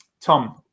Tom